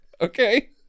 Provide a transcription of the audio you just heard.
Okay